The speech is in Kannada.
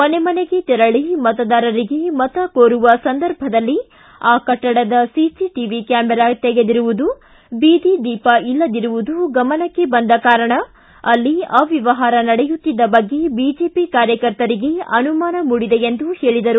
ಮನೆ ಮನೆಗೆ ತೆರಳಿ ಮತದಾರರಿಗೆ ಮತ ಕೋರುವ ಸಂದರ್ಭದಲ್ಲಿ ಆ ಕಟ್ಟಡದ ಸಿಸಿ ಟವಿ ಕ್ಯಾಮೆರಾ ತೆಗೆದಿರುವುದು ಬೀದಿ ದೀಪ ಇಲ್ಲದಿರುವುದು ಗಮನಕ್ಕೆ ಬಂದ ಕಾರಣ ಅಲ್ಲಿ ಅಮ್ಥವಹಾರ ನಡೆಯುತ್ತಿದ್ದ ಬಗ್ಗೆ ಬಿಜೆಪಿ ಕಾರ್ಯಕರ್ತರಿಗೆ ಅನುಮಾನ ಮೂಡಿದೆ ಎಂದರು